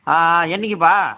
ஆ ஆ என்றைக்குப்பா